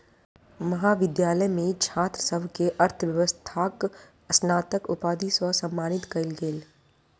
महाविद्यालय मे छात्र सभ के अर्थव्यवस्थाक स्नातक उपाधि सॅ सम्मानित कयल गेल